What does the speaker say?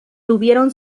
tuvieron